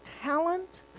talent